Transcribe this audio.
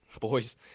Boys